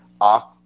off